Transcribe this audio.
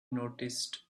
noticed